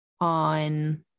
on